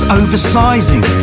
oversizing